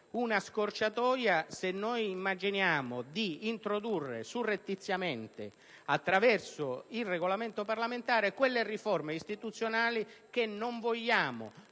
una scorciatoia, se immaginiamo di introdurre surrettiziamente, attraverso un Regolamento parlamentare, le riforme istituzionali che non vogliamo